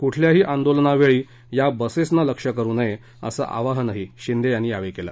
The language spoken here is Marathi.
कुठल्याही आंदोलनावेळी या बसेस ना लक्ष्य करु नये असं आवाहनही शिंदे यांनी यावेळी केलं